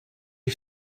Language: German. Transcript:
ich